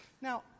Now